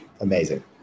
Amazing